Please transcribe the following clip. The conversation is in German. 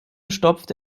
stopfte